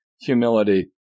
humility